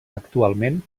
actualment